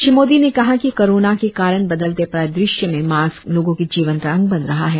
श्री मोदी ने कहा कि कोरोना के कारण बदलते परिदृश्य मे मास्क लोगों के जीवन का अंग बन रहा है